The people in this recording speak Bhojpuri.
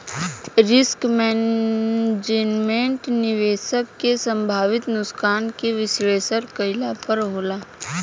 रिस्क मैनेजमेंट, निवेशक के संभावित नुकसान के विश्लेषण कईला पर होला